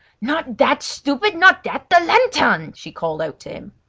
not that, stupid! not that! the lantern she called out to him.